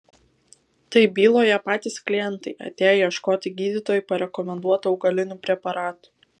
tai byloja patys klientai atėję ieškoti gydytojų parekomenduotų augalinių preparatų